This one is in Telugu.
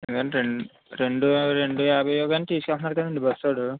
ఏవండీ రెండు రెండు యాబై ఇవ్వగానే గాని తీసుకెళ్తున్నాడు కదండి బస్సోడు